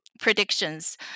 Predictions